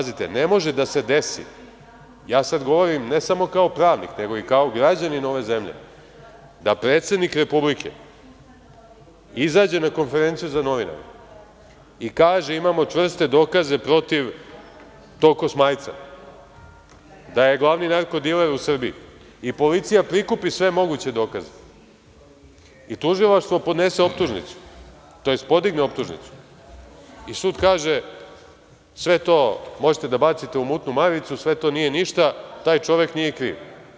Ne može da se desi, ja sada govorim, ne samo kao pravnik, nego i kao građanin ove zemlje, da predsednik Republike izađe na konferenciju za novinare i kaže – imamo čvrste dokaze protiv tog Kosmajca, da je glavni narko diler u Srbiji, i policija prikupi sve moguće dokaze i tužilaštvo podnese optužnicu, tj. podigne optužnicu i sud kaže – sve to možete da bacite u mutnu Maricu, sve to nije ništa, taj čovek nije kriv.